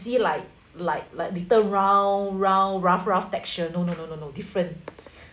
see like like like little round round rough rough texture no no no no no different